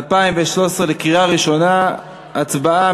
הצבעה.